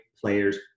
players